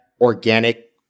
organic